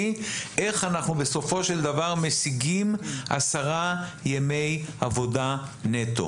איך אנחנו בסופו של דבר משיגים עשרה ימי עבודה נטו.